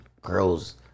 Girls